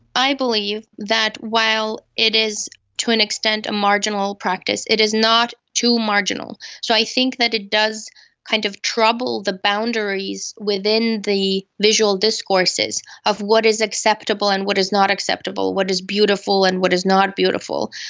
i believe that while it is to an extent a marginal practice, it is not too marginal. so i think that it does kind of trouble the boundaries within the visual discourses of what is acceptable and what is not acceptable, what is beautiful and what is not beautiful,